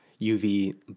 UV